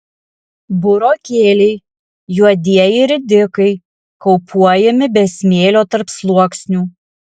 burokėliai juodieji ridikai kaupuojami be smėlio tarpsluoksnių